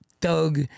thug